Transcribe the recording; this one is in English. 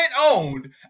owned